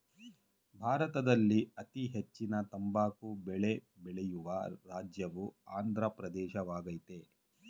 ಭಾರತದಲ್ಲಿ ಅತೀ ಹೆಚ್ಚಿನ ತಂಬಾಕು ಬೆಳೆ ಬೆಳೆಯುವ ರಾಜ್ಯವು ಆಂದ್ರ ಪ್ರದೇಶವಾಗಯ್ತೆ